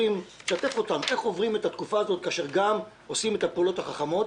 תשתף אותנו: איך עוברים את התקופה הזאת כאשר גם עושים את הפעולות החכמות